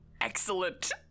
Excellent